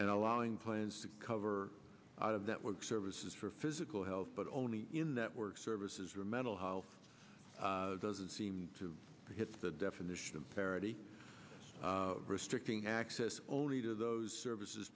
and allowing plans to cover out of that work services for physical health but only in that work services or mental health doesn't seem to hit the definition of parity restricting access only to those services